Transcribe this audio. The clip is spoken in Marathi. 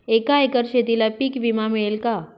एका एकर शेतीला पीक विमा मिळेल का?